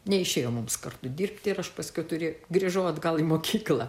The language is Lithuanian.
neišėjo mums kartu dirbti ir aš paskui tuė grįžau atgal į mokyklą